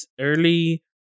early